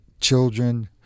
children